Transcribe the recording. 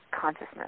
consciousness